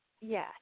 yes